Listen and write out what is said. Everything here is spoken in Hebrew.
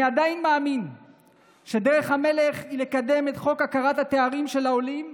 אני עדיין מאמין שדרך המלך היא לקדם את חוק הכרת התארים של העולים,